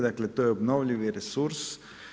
Dakle, to je obnovljivi resurs.